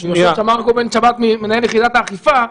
פשוט אמר פה מרקו בן שבת מנהל יחידת האכיפה,